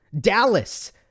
Dallas